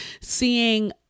seeing